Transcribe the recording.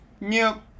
Nope